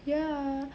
ya